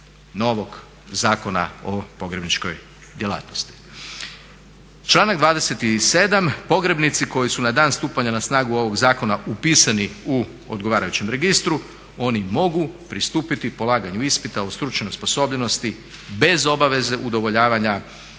novog Zakona o pogrebničkoj djelatnosti. Članak 27. – pogrebnici koji su na dan stupanja na snagu ovog zakona upisani u odgovarajućem registru oni mogu pristupiti polaganju ispita o stručnoj osposobljenosti bez obaveze udovoljavanja